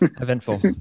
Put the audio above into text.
eventful